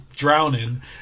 drowning